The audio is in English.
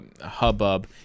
hubbub